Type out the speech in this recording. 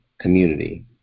community